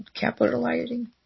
capitalizing